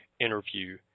interview